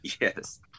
Yes